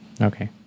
okay